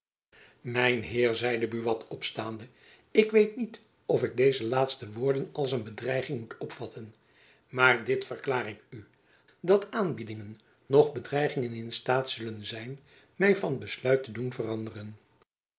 mijn heer zeide buat opstaande ik weet niet of ik deze laatste woorden als een bedreiging moet opvatten maar dit verklaar ik u dat aanbiedingen noch bedreigingen in staat zullen zijn my van besluit te doen veranderen